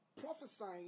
prophesying